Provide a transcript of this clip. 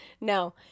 No